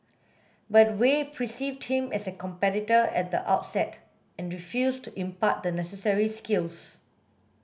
but Wei perceived him as a competitor at the outset and refused to impart the necessary skills